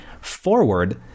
forward